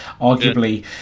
arguably